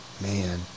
man